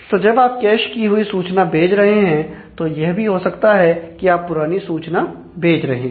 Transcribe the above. तो जब आप कैश की हुई सूचना भेज रहे हैं तो हो सकता है आप पुरानी सूचना भेज रहे हो